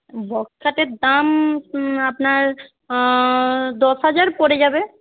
box খাটের দাম আপনার দশ হাজার পড়ে যাবে